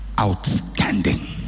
outstanding